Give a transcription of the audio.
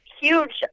huge